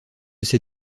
ces